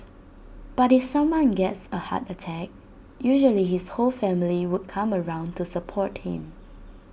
but if someone gets A heart attack usually his whole family would come around to support him